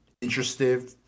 interested